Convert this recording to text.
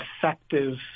effective